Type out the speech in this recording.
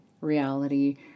reality